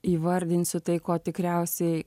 įvardinsiu tai ko tikriausiai